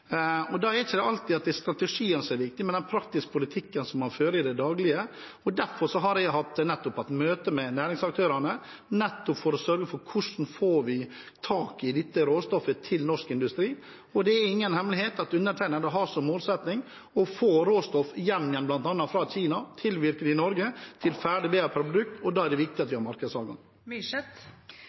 er viktig, men den praktiske politikken man fører i det daglige. Derfor har jeg hatt møte med næringsaktørene for å sørge for at vi får tak i dette råstoffet til norsk industri. Og det er ingen hemmelighet at undertegnede har som målsetting å få råstoffet hjem igjen, bl.a. fra Kina, og tilvirke det i Norge til ferdig produkt. Da er det viktig at vi har